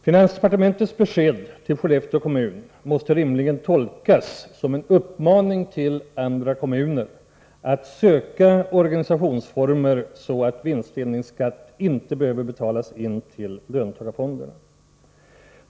Finansdepartementets besked till Skellefteå kommun måste rimligen tolkas som en uppmaning till andra kommuner att söka organisationsformer som gör att vinstdelningsskatt inte behöver betalas in till löntagarfonderna.